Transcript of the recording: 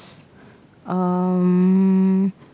um